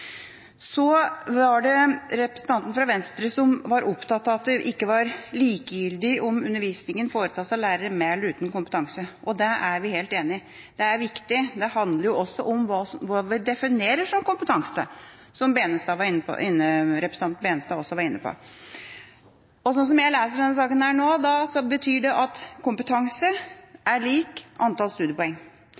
Representanten fra Venstre var opptatt av at det ikke var likegyldig om undervisningen foretas av lærere med eller uten kompetanse. Det er vi helt enig i, det er viktig. Det handler også om hva vi definerer som «kompetanse», som representanten Benestad også var inne på. Sånn som jeg leser denne saken nå, betyr det at kompetanse er lik antall studiepoeng.